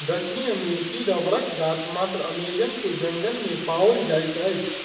दक्षिण अमेरिकी रबड़क गाछ मात्र अमेज़न के जंगल में पाओल जाइत अछि